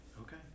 Okay